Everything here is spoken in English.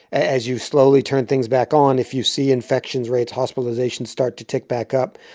as you slowly turn things back on, if you see infections rates, hospitalizations start to tick back up,